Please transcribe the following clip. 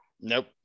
nope